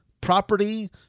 property